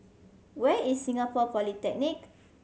where is Singapore Polytechnic